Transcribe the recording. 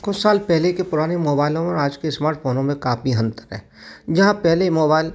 कुछ साल पहले के पुराने मोबाइलों और आज के स्मार्टफोनो में काफी अंतर है जहाँ पहले मोबाइल